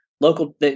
Local